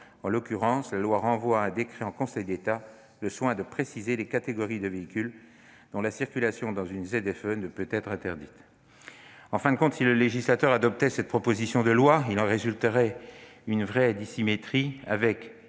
En l'occurrence, la loi renvoie à un décret en Conseil d'État le soin de préciser les catégories de véhicules dont la circulation dans une ZFE ne peut être interdite. En fin de compte, si le législateur adoptait cette proposition de loi, il en résulterait une vraie dissymétrie avec,